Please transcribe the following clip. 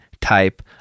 type